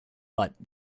but